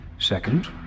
Second